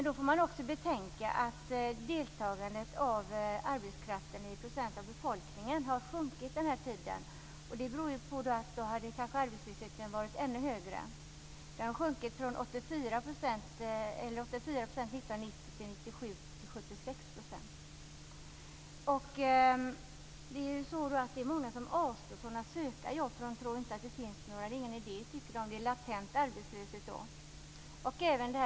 Då får man också betänka att deltagandet av arbetskraften i procent av befolkningen har sjunkit under denna tid. Annars hade arbetslösheten kanske varit ännu högre. Det har sjunkit från 84 % år 1990 till 76 % år 1997. Det är många som avstår från att söka jobb därför att de inte tror att det finns några. De tycker att det inte är någon idé, och då skapas en latent arbetslöshet.